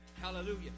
hallelujah